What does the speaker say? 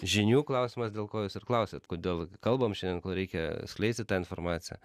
žinių klausimas dėl ko jūs ir klausiat kodėl kalbam šiandien kodėl reikia skleisti tą informaciją